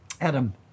Adam